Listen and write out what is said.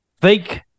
fake